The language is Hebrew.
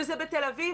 וזה בתל אביב,